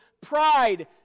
pride